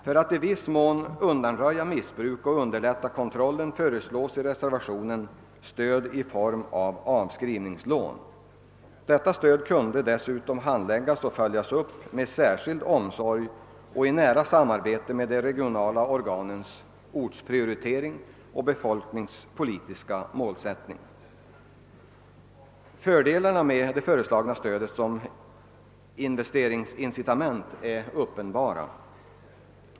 För att i viss mån undanröja missbruk och underlätta kontrollen föreslås i reservationen stöd i form av avskrivningslån. Detta stöd kunde dessutom handläggas och följas upp med särskild omsorg och i nära samarbete med de regionala organens ortsprioritering och befolkningspolitiska målsättning. Fördelarna med det föreslagna stödet som investeringsincitament är uppenbara.